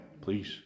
please